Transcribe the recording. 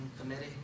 committee